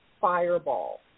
fireball